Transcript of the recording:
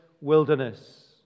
wilderness